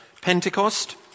Pentecost